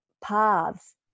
paths